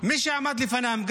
מי שעמד לפניו,